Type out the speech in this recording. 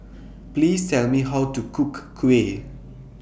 Please Tell Me How to Cook Kuih